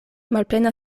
malplena